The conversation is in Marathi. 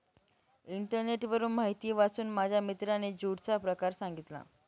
इंटरनेटवरून माहिती वाचून माझ्या मित्राने ज्यूटचा प्रकार सांगितला